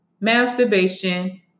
masturbation